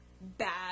bad